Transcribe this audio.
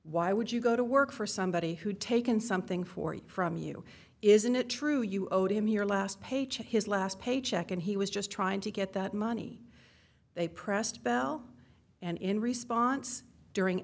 why would you go to work for somebody who'd taken something for it from you isn't it true you owed him your last paycheck his last paycheck and he was just trying to get that money they pressed bell and in response during